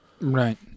Right